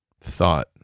thought